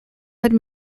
had